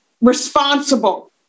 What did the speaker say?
responsible